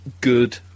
good